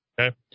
okay